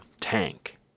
tank